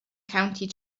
county